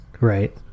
Right